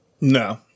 No